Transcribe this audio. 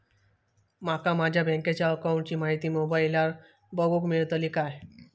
माका माझ्या बँकेच्या अकाऊंटची माहिती मोबाईलार बगुक मेळतली काय?